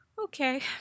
Okay